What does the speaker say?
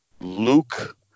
Luke